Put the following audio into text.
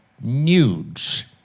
nudes